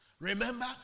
Remember